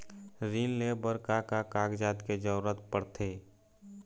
ऋण ले बर का का कागजात के जरूरत पड़थे?